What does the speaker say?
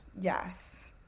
yes